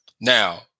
Now